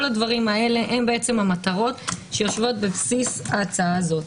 כל הדברים האלה הם המטרות שנמצאות בבסיס המטרה הזאת.